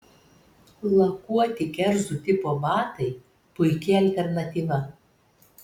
lakuoti kerzų tipo batai puiki alternatyva